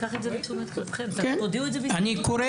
חבר הכנסת אחמד טיבי, אני רק רוצה